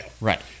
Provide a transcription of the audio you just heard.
Right